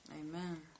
Amen